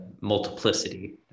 multiplicity